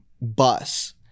bus